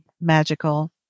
magical